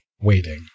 waiting